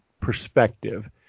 perspective